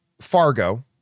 Fargo